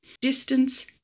Distance